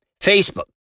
Facebook